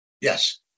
yes